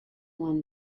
won